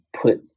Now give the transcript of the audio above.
put